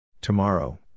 Tomorrow